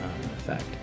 effect